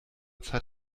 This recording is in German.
zeit